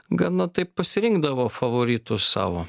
gana taip pasirinkdavo favoritus savo